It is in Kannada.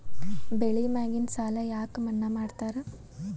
ಬೆಳಿ ಮ್ಯಾಗಿನ ಸಾಲ ಯಾಕ ಮನ್ನಾ ಮಾಡ್ತಾರ?